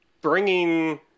bringing